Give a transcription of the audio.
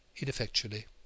Ineffectually